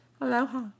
Aloha